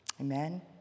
Amen